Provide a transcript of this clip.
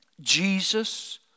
Jesus